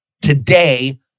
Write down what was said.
today